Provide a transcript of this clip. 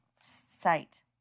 site